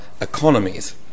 economies